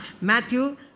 Matthew